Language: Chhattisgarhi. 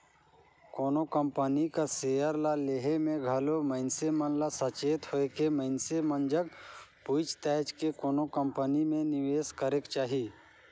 कोनो कंपनी कर सेयर ल लेहे में घलो मइनसे मन ल सचेत होएके मइनसे मन जग पूइछ ताएछ के कोनो कंपनी में निवेस करेक चाही